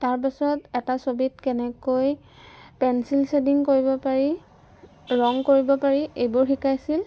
তাৰপাছত এটা ছবিত কেনেকৈ পেঞ্চিল শ্বেডিং কৰিব পাৰি ৰং কৰিব পাৰি এইবোৰ শিকাইছিল